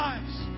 Lives